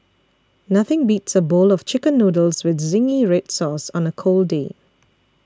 nothing beats a bowl of Chicken Noodles with Zingy Red Sauce on a cold day